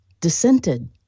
dissented